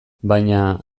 baina